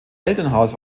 elternhaus